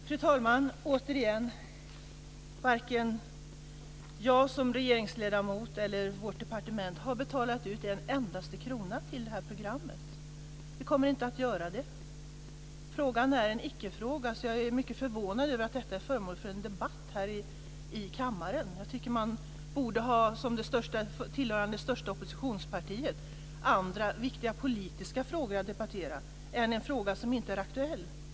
Fru talman! Återigen: Varken jag som regeringsledamot eller vårt departement har betalat ut en endaste krona till det här programmet. Vi kommer inte att göra det. Frågan är en icke-fråga. Jag är mycket förvånad över att detta är föremål för en debatt här i kammaren. Jag tycker att man, som tillhörande det största oppositionspartiet, borde ha andra viktiga politiska frågor att debattera än en fråga som inte är aktuell.